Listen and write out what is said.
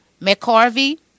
McCarvey